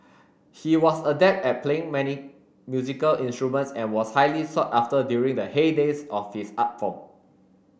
he was adept at playing many musical instruments and was highly sought after during the heydays of his art form